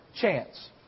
chance